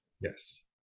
Yes